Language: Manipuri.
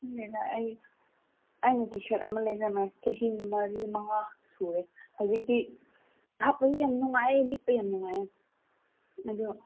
ꯈꯪꯗꯦꯗ ꯑꯩ ꯑꯩꯅ ꯇꯤ ꯁꯥꯔꯠ ꯑꯃ ꯂꯩꯅꯉꯥꯏ ꯆꯍꯤ ꯃꯔꯤ ꯃꯉꯥ ꯁꯨꯔꯦ ꯍꯧꯖꯤꯛꯇꯤ ꯍꯥꯞꯄ ꯌꯥꯝ ꯅꯨꯡꯉꯥꯏꯌꯦ ꯂꯤꯠꯄ ꯌꯥꯝ ꯅꯨꯡꯉꯥꯏꯌꯦ ꯑꯗꯣ